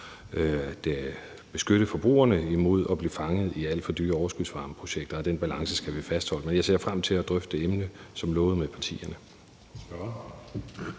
beskytte forbrugerne imod at blive fanget i alt for dyre overskudsvarmeprojekter, og den balance skal vi fastholde. Men jeg ser frem til at drøfte det emne, som lovet, med partierne.